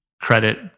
credit